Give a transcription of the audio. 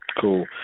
cool